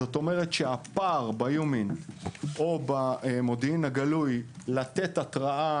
זאת אומרת שהפער ביומינט או במודיעין הגלוי מבחינת מתן התרעה,